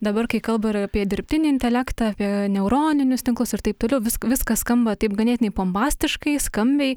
dabar kai kalba ir apie dirbtinį intelektą apie neuroninius tinklus ir taip toliau vis viskas skamba taip ganėtinai pompastiškai skambiai